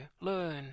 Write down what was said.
learn